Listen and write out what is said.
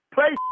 Play